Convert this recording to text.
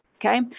Okay